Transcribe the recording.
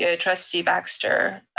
ah trustee baxter.